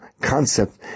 concept